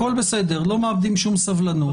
הכול בסדר, לא מאבדים שום סבלנות.